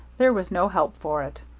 there was no help for it.